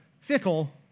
fickle